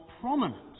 prominent